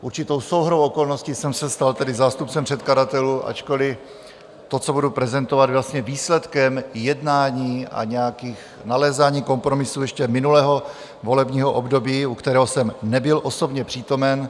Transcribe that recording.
Určitou souhrou okolností jsem se stal tedy zástupcem předkladatelů, ačkoli to, co budu prezentovat, je vlastně výsledkem jednání a nějakých nalézání kompromisů ještě minulého volebního období, u kterého jsem nebyl osobně přítomen.